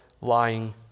lying